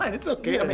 and it's okay. i mean